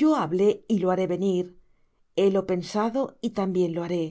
yo hablé y lo haré venir he lo pensado y también lo haré